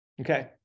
Okay